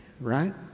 right